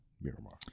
Miramar